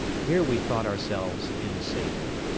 here we thought ourselves in safety.